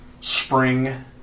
spring